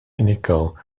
unigol